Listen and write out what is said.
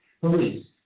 police